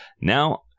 Now